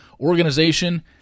organization